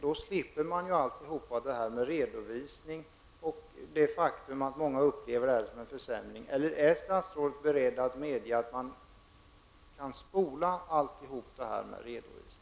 Då slipper man ju alla problem med redovisning och det faktum att många upplever detta som en försämring. Eller är statsrådet beredd att medge en redovisning av omkostnaderna inte behöver göras av familjedaghemsvårdare?